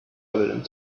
evident